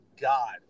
God